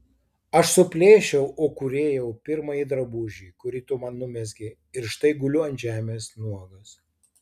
aš suplėšiau o kūrėjau pirmąjį drabužį kurį tu man numezgei iš štai guliu ant žemės nuogas